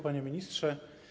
Panie Ministrze!